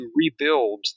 rebuild